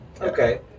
Okay